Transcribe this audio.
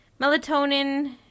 melatonin